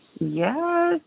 Yes